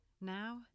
now